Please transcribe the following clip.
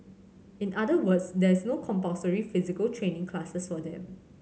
in other words there is no compulsory physical training classes for them